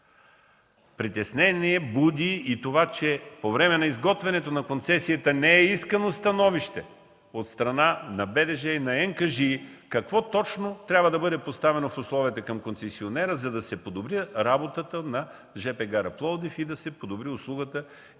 Притеснение буди и това, че по време на изготвянето на концесията не е искано становище от страна на БДЖ и на НКЖИ какво точно трябва да бъде поставено в условията към концесионера, за да се подобри работата на жп гара Пловдив и да се подобри услугата